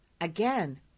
Again